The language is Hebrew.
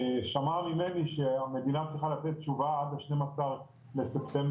ושמעה ממני שהמדינה צריכה לתת תשובה ב-12 בספטמבר.